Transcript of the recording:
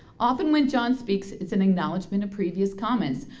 often when john speaks its an acknowledgment of previous comments.